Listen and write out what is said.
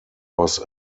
was